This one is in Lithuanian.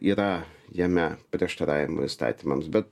yra jame prieštaravimų įstatymams bet